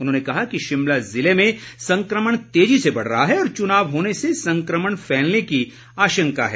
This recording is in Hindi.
उन्होंने कहा कि शिमला ज़िले में संक्रमण तेजी से बढ़ रहा है और चुनाव होने से संक्रमण फैलने की आशंका है